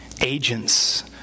agent's